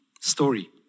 story